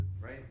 right